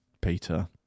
Peter